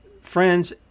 Friends